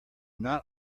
not